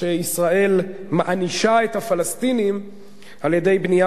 שישראל מענישה את הפלסטינים על-ידי בנייה